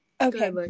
Okay